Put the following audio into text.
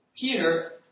Peter